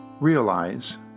Realize